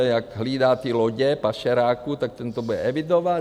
jak hlídá ty lodě pašeráků, tak ten to bude evidovat?